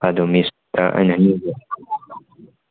ꯑꯗꯣ ꯃꯤꯁꯇꯥ ꯑꯩꯅ